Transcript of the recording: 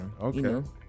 okay